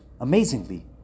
amazingly